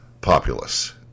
populace